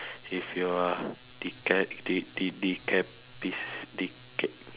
if you are deca~ de~ de~ decapic~ deca~